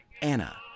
Anna